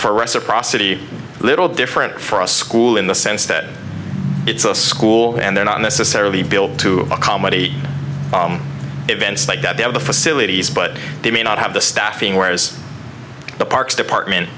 for reciprocity a little different for a school in the sense that it's a school and they're not necessarily built to accommodate events like that they have the facilities but they may not have the staffing whereas the parks department